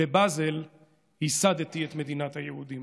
"בבאזל ייסדתי את מדינת היהודים".